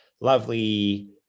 lovely